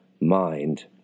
mind